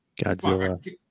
Godzilla